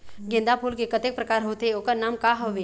गेंदा फूल के कतेक प्रकार होथे ओकर नाम का हवे?